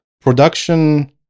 production